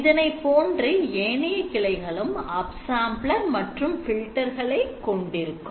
இதனைப் போன்று ஏனைய கிளைகளும் upsampler மற்றும் filter களை கொண்டு இருக்கும்